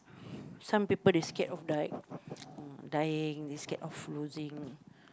some people they scared of die~ uh dying they scared of dying they scared of losing